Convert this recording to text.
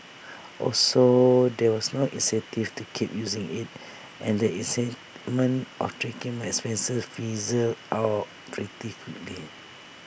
also there was no incentive to keep using IT and the excitement of tracking my expenses fizzled out pretty quickly